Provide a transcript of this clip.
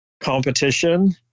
competition